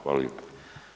Hvala lijepo.